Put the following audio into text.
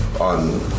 on